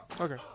okay